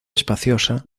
espaciosa